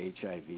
HIV